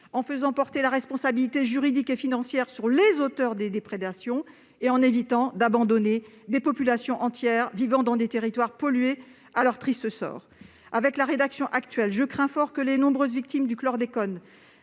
en faisant porter la responsabilité juridique et financière aux auteurs des déprédations et en évitant d'abandonner à leur triste sort des populations entières vivant sur des territoires pollués. Avec la rédaction actuelle, je crains fort que les nombreuses victimes du chlordécone